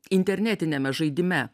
internetiniame žaidime